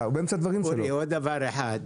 עוד דבר אחד חשוב.